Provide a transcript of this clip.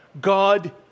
God